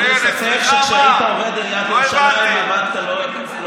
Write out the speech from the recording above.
אין לי ספק שכשהיית עובד עיריית ירושלים עבדת קשה.